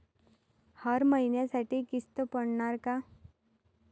हर महिन्यासाठी किस्त पडनार का?